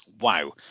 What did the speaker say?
Wow